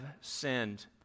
sinned